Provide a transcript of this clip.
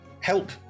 help